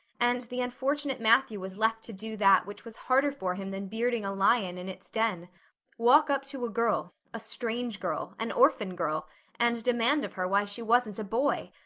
and the unfortunate matthew was left to do that which was harder for him than bearding a lion in its den walk up to a girl a strange girl an orphan girl and demand of her why she wasn't a boy.